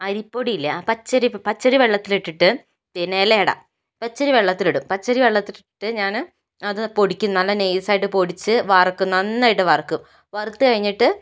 അരിപ്പൊടിയില്ലേ ആ പച്ചരി പച്ചരി വെള്ളത്തിലിട്ടിട്ട് പിന്നെ ഇലയട പച്ചരി വെള്ളത്തിലിടും പച്ചരി വെള്ളത്തിലിട്ടിട്ട് ഞാൻ അത് പൊടിക്കും നല്ല നൈസ് ആയിട്ട് പൊടിച്ച് വറുക്കും നന്നായിട്ട് വറുക്കും വറുത്ത് കഴിഞ്ഞിട്ട്